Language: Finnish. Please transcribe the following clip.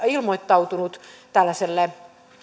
ilmoittautunut tällaiselle